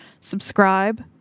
Subscribe